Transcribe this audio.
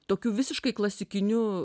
tokiu visiškai klasikiniu